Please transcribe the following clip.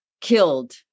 killed